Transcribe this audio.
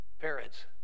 Parents